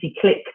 Click